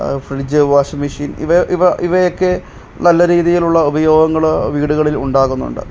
fridge washing machine ഇവ ഇവ ഇവയൊക്കെ നല്ല രീതിയിലുള്ള ഉപയോഗങ്ങള് വീടുകളിൽ ഉണ്ടാകുന്നുണ്ട്